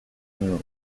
minerals